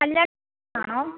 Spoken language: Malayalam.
കല്യാൺ സിൽക്സ് ആണോ